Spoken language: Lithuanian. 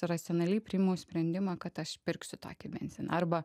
racionaliai priimu sprendimą kad aš pirksiu tokį benziną arba